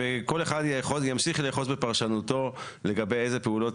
וכל אחד ימשיך לאחוז בפרשנותו לגבי איזה פעולות